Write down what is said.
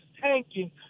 tanking